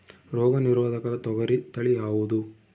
ರೋಗ ನಿರೋಧಕ ತೊಗರಿ ತಳಿ ಯಾವುದು?